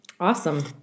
Awesome